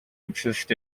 exist